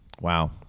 Wow